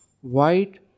white